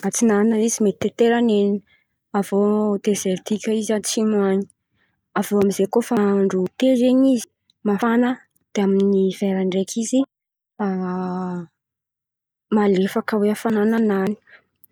Antsinana zen̈y somary tete ary ny ren̈y, avô dezeritika izy atsimo an̈y. Avô amizay koa fa andro ete zen̈y izy mafana, de amin’ny hivera ndreky izy malefaka zen̈y afanana nany.